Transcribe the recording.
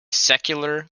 secular